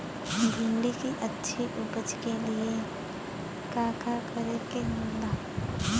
भिंडी की अच्छी उपज के लिए का का करे के होला?